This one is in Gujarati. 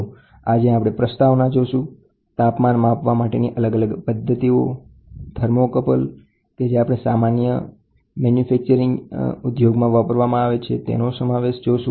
તો આજે આપણે પ્રસ્તાવના તાપમાન માપનની અલગ અલગ પદ્ધતિઓ થર્મોકપલ કે જે સામાન્યપણે ઉત્પાદન કરતાં યુનિટમાં વપરાય છે તેનો સમાવેશ કરીશું